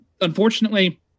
Unfortunately